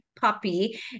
puppy